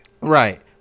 Right